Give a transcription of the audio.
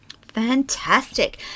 Fantastic